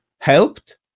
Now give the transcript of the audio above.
helped